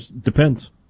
Depends